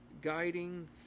guiding